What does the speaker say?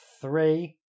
three